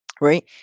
Right